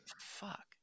Fuck